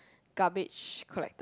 garbage collect